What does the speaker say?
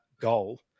goal